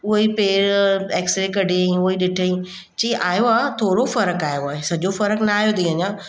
उहा ई पेरु एक्सरे कढईं उहा ई ॾिठईं चयईं आयो आहे थोरो फ़र्क़ु आयो आहे सॼो फ़र्क़ु न आहियो अथईं अञा